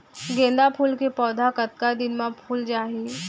गेंदा फूल के पौधा कतका दिन मा फुल जाही?